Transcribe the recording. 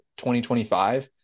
2025